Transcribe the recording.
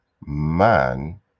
man